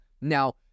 now